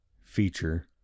feature